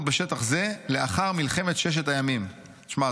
בשטח זה לאחר מלחמת ששת הימים." תשמע,